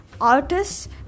artists